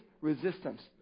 resistance